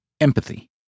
empathy